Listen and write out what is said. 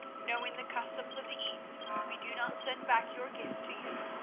knowing the customs of the east, we do not send back your gifts to you,